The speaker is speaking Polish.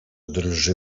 drży